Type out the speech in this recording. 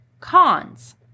Cons